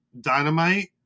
dynamite